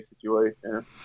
situation